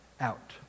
out